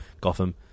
Gotham